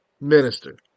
minister